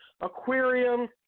aquarium